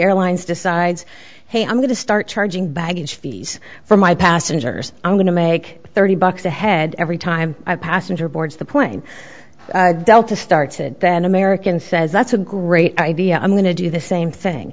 airlines decides hey i'm going to start charging baggage fees for my passengers i'm going to make thirty bucks ahead every time i passenger boards the plane started then american says that's a great idea i'm going to do the same thing